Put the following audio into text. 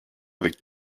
avec